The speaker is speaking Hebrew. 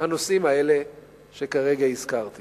הנושאים האלה שכרגע הזכרתי